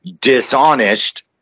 dishonest